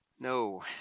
No